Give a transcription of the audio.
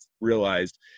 realized